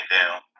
down